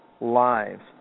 lives